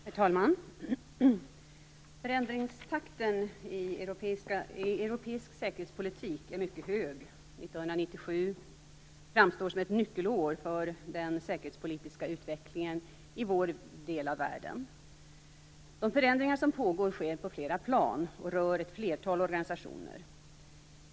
Herr talman! Förändringstakten i europeisk säkerhetspolitik är mycket hög. 1997 framstår som ett nyckelår för den säkerhetspolitiska utvecklingen i vår del av världen. De förändringar som pågår sker på flera plan och rör ett flertal organisationer.